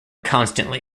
constantly